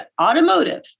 automotive